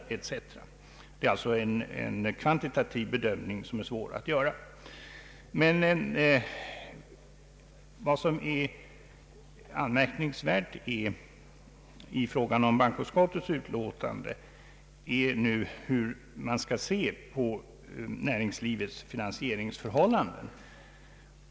Det är en kvantitativ bedömning, som är svår att göra. Vad som är anmärkningsvärt i fråga om bankoutskottets utlåtande är hur man nu skall se på näringslivets finansieringsförhållanden.